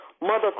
Mother